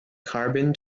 carbon